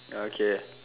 okay